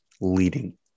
leading